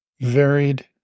varied